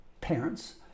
parents